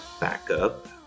backup